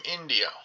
India